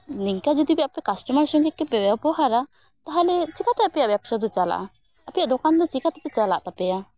ᱱᱤᱝᱠᱟᱹ ᱡᱩᱫᱤ ᱟᱯᱮ ᱠᱟᱥᱴᱚᱢᱟᱨ ᱥᱚᱸᱜᱮ ᱯᱮ ᱵᱮᱵᱚᱦᱟᱨᱟ ᱛᱟᱦᱚᱞᱮ ᱪᱮᱠᱟᱛᱮ ᱟᱯᱮᱭᱟᱜ ᱵᱮᱵᱥᱟ ᱫᱚ ᱪᱟᱞᱟᱜᱼᱟ ᱟᱯᱮᱭᱟᱜ ᱫᱚᱠᱟᱱ ᱫᱚ ᱪᱮᱠᱟᱛᱮ ᱪᱟᱞᱟᱜ ᱛᱟᱯᱮᱭᱟ